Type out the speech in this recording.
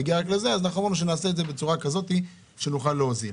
אז נעשה את זה בצורה כזאת שנוכל להוזיל.